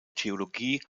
theologie